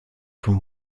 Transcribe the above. from